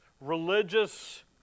religious